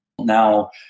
Now